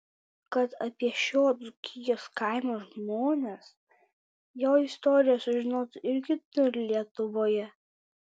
kad apie šio dzūkijos kaimo žmones jo istoriją sužinotų ir kitur lietuvoje